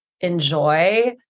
enjoy